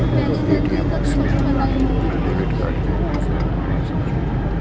ATM machine मे अपन debit card कें घुसाउ आ भाषा चुनू